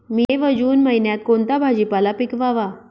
मे व जून महिन्यात कोणता भाजीपाला पिकवावा?